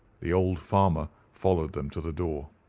the old farmer followed them to the door.